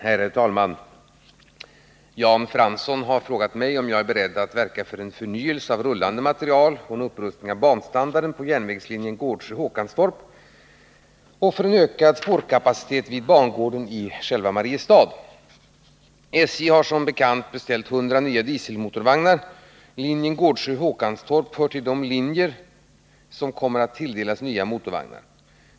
Herr talman! Jan Fransson har frågat mig om jag är beredd att verka för en förnyelse av rullande materiel och en upprustning av banstandarden på järnvägslinjen Gårdsjö-Håkantorp samt för en ökad spårkapacitet vid bangården i Mariestad. SJ har som bekant beställt 100 nya dieselmotorvagnar. Linjen Gårdsjö-Håkantorp hör till de linjer som kommer att tilldelas nya motorvagnar.